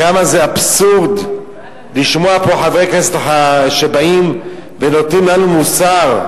כמה זה אבסורד לשמוע פה חברי כנסת שבאים ונותנים לנו מוסר,